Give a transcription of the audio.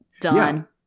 Done